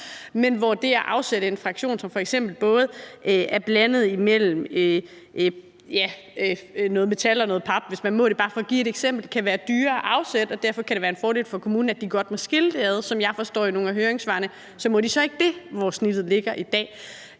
de ti fraktioner. Men en fraktion, som blander metal og pap – hvis man må det, det er bare for at give et eksempel – kan være dyrere at afsætte, og derfor kan det være en fordel for kommunen, at de godt må skille det ad. Som jeg forstår nogle af høringssvarene, må de ikke det, sådan som snittet ligger i dag.